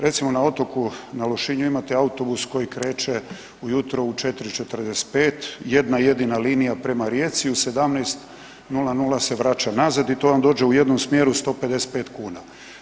Recimo na otoku, na Lošinju imate autobus koji kreće u jutro u 4,45 jedna jedina linija prema Rijeci, u 17,00 se vraća nazad i to vam dođe u jednom smjeru 155 kuna.